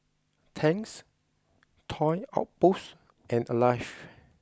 Tangs Toy Outpost and Alive